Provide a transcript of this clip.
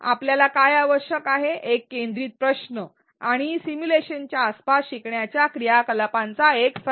आपल्याला काय आवश्यक आहे एक केंद्रित प्रश्न आणि सिमुलेशनच्या आसपास शिकण्याच्या क्रियाकलापांचा एक संच